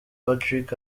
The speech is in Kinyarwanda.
patrick